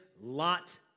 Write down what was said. lot